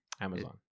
Amazon